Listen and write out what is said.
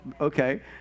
okay